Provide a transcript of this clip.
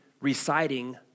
reciting